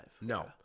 No